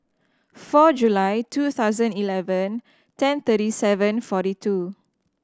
four July two thousand eleven ten thirty seven forty two